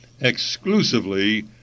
exclusively